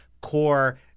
core